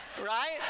right